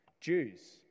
Jews